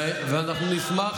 ואנחנו נשמח